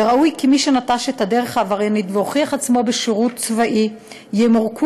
וראוי כי מי שנטש את הדרך העבריינית והוכיח עצמו בשירות צבאי ימורקו